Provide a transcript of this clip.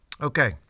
Okay